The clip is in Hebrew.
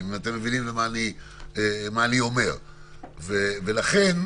ואני לוקח את זה